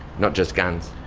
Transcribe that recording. not just guns.